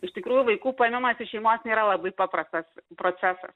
iš tikrųjų vaikų paėmimas iš šeimos nėra labai paprastas procesas